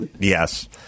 Yes